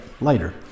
later